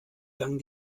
lang